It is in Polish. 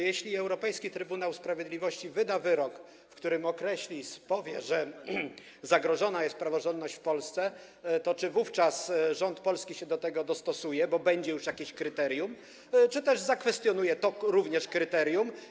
Jeśli Europejski Trybunał Sprawiedliwości wyda wyrok, w którym powie, że zagrożona jest praworządność w Polsce, to czy wówczas polski rząd się do tego dostosuje - bo będzie to już jakieś kryterium - czy też zakwestionuje również to kryterium?